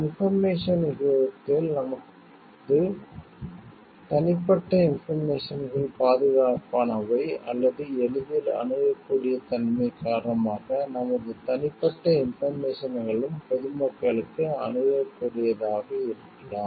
இந்த இன்போர்மேசன் யுகத்தில் நமது தனிப்பட்ட இன்போர்மேசன்கள் பாதுகாப்பானவை அல்லது எளிதில் அணுகக்கூடிய தன்மை காரணமாக நமது தனிப்பட்ட இன்போர்மேசன்களும் பொது மக்களுக்கு அணுகக்கூடியதாக இருக்கலாம்